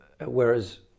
whereas